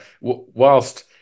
whilst